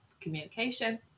communication